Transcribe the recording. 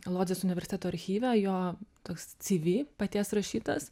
lodzės universiteto archyve jo toks cv paties rašytas